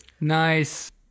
Nice